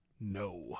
No